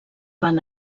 van